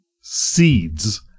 seeds